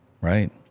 right